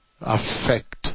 affect